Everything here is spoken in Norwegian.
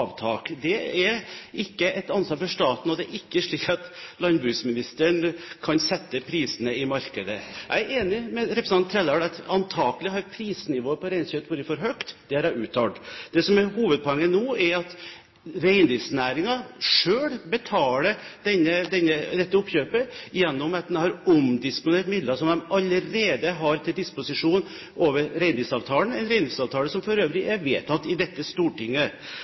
avtak. Det er ikke et ansvar for staten, og det er ikke slik at landbruksministeren kan sette prisene i markedet. Jeg er enig med representanten Trældal i at antakelig har prisnivået på reinkjøtt vært for høyt. Det har jeg uttalt. Det som er hovedpoenget nå, er at reindriftsnæringen selv betaler dette oppkjøpet ved at en har omdisponert midler som en allerede har til disposisjon over reindriftsavtalen – en reindriftsavtale som for øvrig er vedtatt i dette Stortinget.